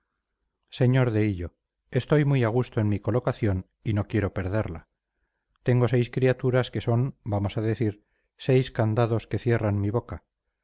sr de hillo estoy muy a gusto en mi colocación y no quiero perderla tengo seis criaturas que son vamos al decir seis candados que cierran mi boca